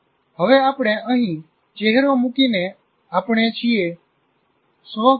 હવે આપણે અહીં ચહેરો મુકીને આપણે જોઈએ સ્વ ખ્યાલ